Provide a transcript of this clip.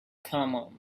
common